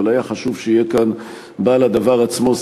היה חשוב שיהיה כאן בעל הדבר עצמו,